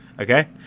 Okay